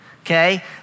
okay